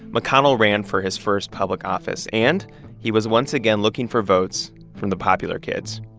mcconnell ran for his first public office, and he was once again looking for votes from the popular kids.